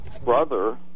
brother